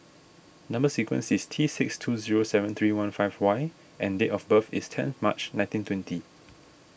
Number Sequence is T six two zero seven three one five Y and date of birth is ten March nineteen twenty